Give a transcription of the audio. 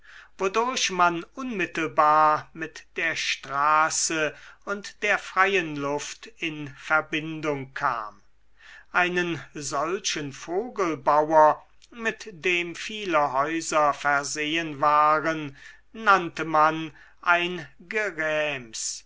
wodurch man unmittelbar mit der straße und der freien luft in verbindung kam einen solchen vogelbauer mit dem viele häuser versehen waren nannte man ein geräms